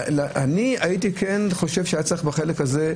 הייתי חושב שהיה צריך בחלק הזה,